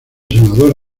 senador